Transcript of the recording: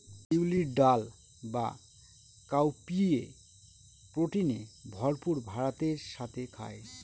বিউলির ডাল বা কাউপিএ প্রোটিনে ভরপুর ভাতের সাথে খায়